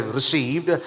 received